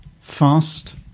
fast